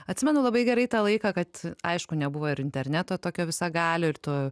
atsimenu labai gerai tą laiką kad aišku nebuvo ir interneto tokio visagalio ir tų